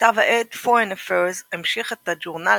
כתב העת "פוריין אפיירס" המשיך את ה"ג'ורנל